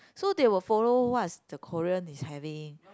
so they will follow what's the Korean is having